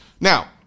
Now